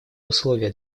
условия